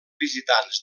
visitants